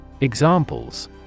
Examples